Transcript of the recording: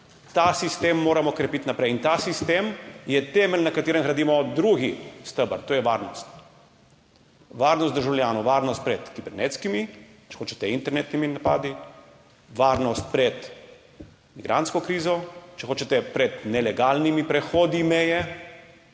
Ta sistem moramo krepiti naprej in ta sistem je temelj, na katerem gradimo drugi steber, to je varnost. Varnost državljanov, varnost pred kibernetskimi, če hočete internetnimi napadi, varnost pred migrantsko krizo, če hočete, pred nelegalnimi prehodi meje